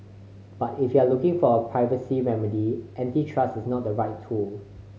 but if you're looking for a privacy remedy antitrust is not the right tool